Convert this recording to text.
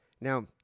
Now